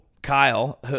Kyle